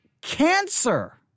cancer